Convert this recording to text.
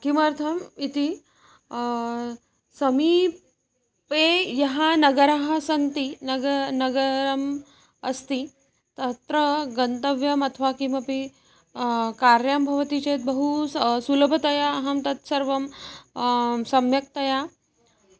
किमर्थम् इति समीपे यत् नगरं सन्ति नग नगरम् अस्ति तत्र गन्तव्यम् अथवा किमपि कार्यं भवति चेत् बहु स सुलभतया अहं तत्सर्वं सम्यक्तया